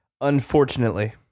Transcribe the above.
unfortunately